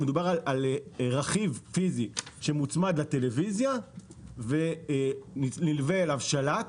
על רכיב פיזי שמוצמד לטלוויזיה ונלווה אליו שלט.